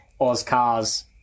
Oscars